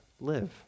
live